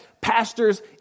pastors